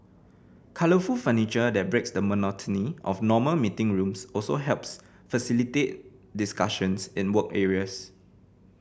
colourful furniture that breaks the monotony of normal meeting rooms also helps facilitate discussions in work areas